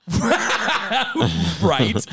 Right